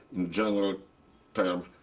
in general terms,